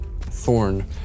Thorn